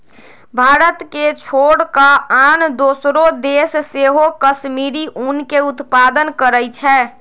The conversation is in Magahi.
भारत के छोर कऽ आन दोसरो देश सेहो कश्मीरी ऊन के उत्पादन करइ छै